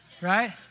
right